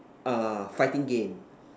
uh fighting game